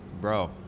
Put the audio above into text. bro